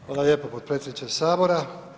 Hvala lijepo potpredsjedniče sabora.